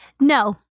No